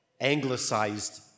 anglicized